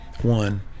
one